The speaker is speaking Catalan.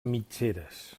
mitgeres